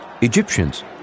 Egyptians